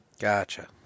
gotcha